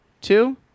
two